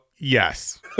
yes